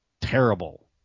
terrible